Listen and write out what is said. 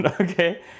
okay